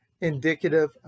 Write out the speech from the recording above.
indicative